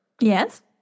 Yes